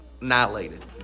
Annihilated